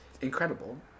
incredible